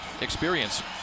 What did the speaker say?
experience